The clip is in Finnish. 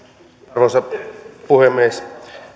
arvoisa puhemies